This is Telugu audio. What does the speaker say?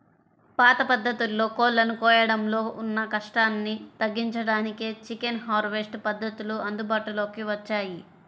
పాత పద్ధతుల్లో కోళ్ళను కోయడంలో ఉన్న కష్టాన్ని తగ్గించడానికే చికెన్ హార్వెస్ట్ పద్ధతులు అందుబాటులోకి వచ్చాయి